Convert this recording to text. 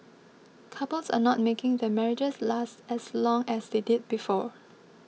couples are not making their marriages last as long as they did before